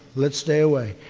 let's stay away.